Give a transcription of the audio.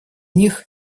них